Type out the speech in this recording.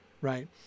right